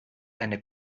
eine